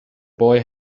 boy